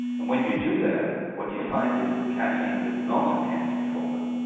and when you do that what you find is that caffeine does not enhance performance,